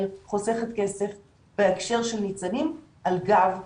חוסכת כסף בהקשר של ניצנים על גב ההורים.